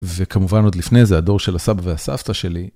וכמובן עוד לפני זה הדור של הסבא והסבתא שלי.